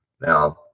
Now